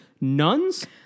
Nuns